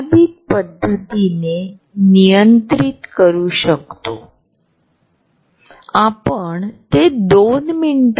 ते आक्रमकता भीती आणि आश्चर्यकारक सामाजिक संवादावर नियंत्रण ठेवतात